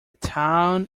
town